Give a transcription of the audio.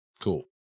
cool